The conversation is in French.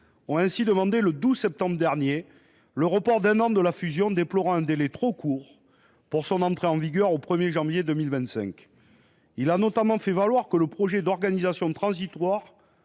ont ainsi demandé, le 12 septembre dernier, un report d’un an de cette fusion, déplorant un délai trop court pour son entrée en vigueur à la date prévue. Ils ont notamment fait valoir que le projet d’organisation transitoire